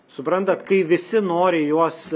suprantat kai visi nori juos